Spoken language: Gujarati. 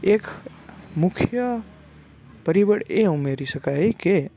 એક મુખ્ય પરિબળ એ ઉમેરી શકાય કે